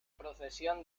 procesión